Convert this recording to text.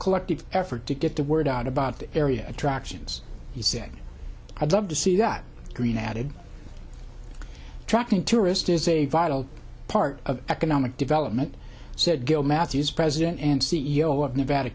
collective effort to get the word out about the area attractions he said i'd love to see that green added tracking tourist is a vital part of economic development said gill matthews president and c e o of nevada